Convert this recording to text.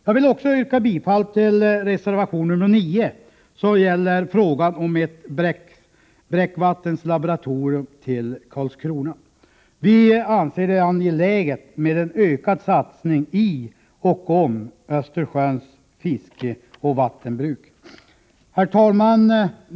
Jag vill också yrka bifall till reservation nr 9, som gäller frågan om ett bräckvattenslaboratorium i Karlskrona. Vi anser att det är angeläget med en ökad satsning på forskning i och om Östersjöns fiske och vattenbruk. Herr talman!